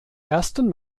ersten